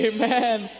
Amen